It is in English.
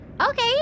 Okay